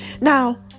Now